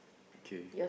kay